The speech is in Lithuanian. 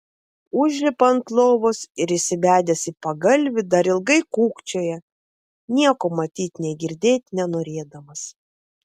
užlipa ant lovos ir įsibedęs į pagalvį dar ilgai kūkčioja nieko matyt nei girdėt nenorėdamas